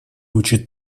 учат